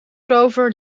rover